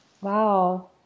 Wow